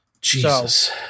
Jesus